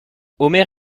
omer